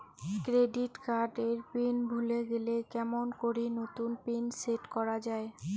Credit card এর pin ভুলে গেলে কেমন করি নতুন পিন সেট করা য়ায়?